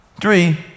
Three